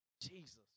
Jesus